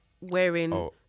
wearing